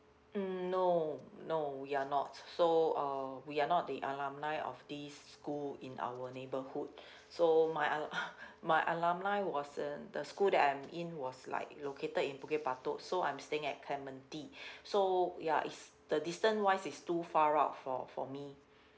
mm no no we are not so uh we are not the alumni of this school in our neighbourhood so my al~ my alumni wasn't the school that I'm in was like located in bukit batok so I'm staying at clementi so ya it's the distance wise is too far out for for me